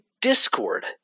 Discord